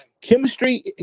Chemistry